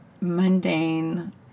mundane